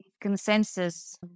consensus